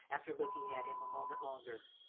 after looking at him a moment longer,